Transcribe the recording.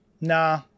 Nah